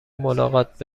ملاقات